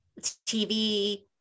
TV